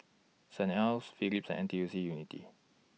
Saint Ives Phillips N T U C Unity